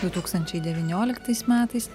du tūkstančiai devynioliktais metais